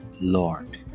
Lord